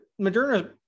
Moderna